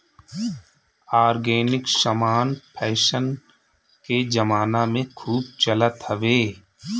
organic समान fashion के जमाना में खूब चलत हवे